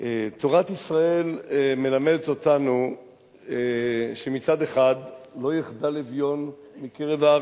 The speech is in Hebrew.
תורת ישראל מלמדת אותנו שמצד אחד "לא יחדל אביון מקרב הארץ"